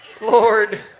Lord